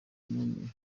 runini